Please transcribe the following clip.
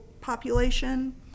population